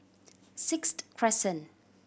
Sixth Crescent